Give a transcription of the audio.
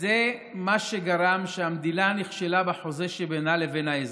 זה מה שגרם לכך שהמדינה נכשלה בחוזה שבינה לבין האזרח,